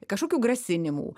kažkokių grasinimų